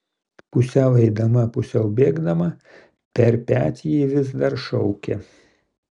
pusiau eidama pusiau bėgdama per petį ji vis dar šaukė